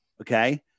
Okay